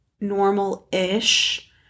normal-ish